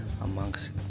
amongst